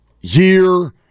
year